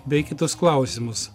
bei kitus klausimus